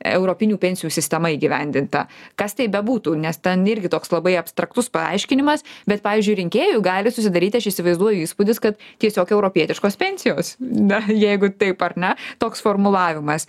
europinių pensijų sistema įgyvendinta kas tai bebūtų nes ten irgi toks labai abstraktus paaiškinimas bet pavyzdžiui rinkėjui gali susidaryti aš įsivaizduoju įspūdis kad tiesiog europietiškos pensijos na jeigu taip ar ne toks formulavimas